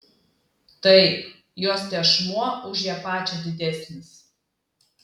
taip jos tešmuo už ją pačią didesnis